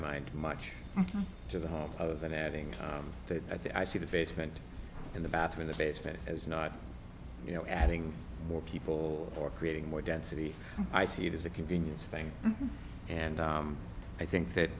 mind much to the hope of adding that i think i see the basement in the bathtub in the basement as not you know adding more people or creating more density i see it as a convenience thing and i think that